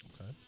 Okay